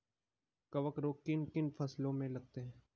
कवक रोग किन किन फसलों में लगते हैं?